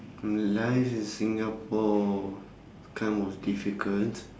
life in singapore kind of difficult